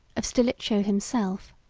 of stilicho himself.